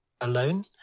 alone